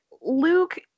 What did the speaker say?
Luke